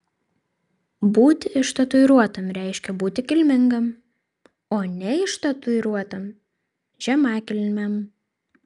būti ištatuiruotam reiškia būti kilmingam o neištatuiruotam žemakilmiam